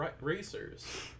racers